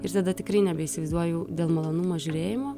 ir tada tikrai nebeįsivaizduoju dėl malonumo žiūrėjimo